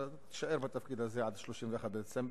תישאר בתפקיד הזה עד 31 בדצמבר,